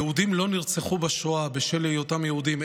יהודים לא נרצחו בשואה בשל היותם יהודים,